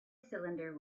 cylinder